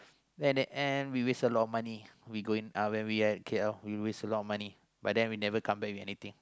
and at the end we waste a lot of money we go in uh when we at K_L we waste a lot of money but then we never come back with anything